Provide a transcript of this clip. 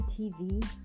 tv